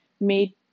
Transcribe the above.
made